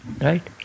Right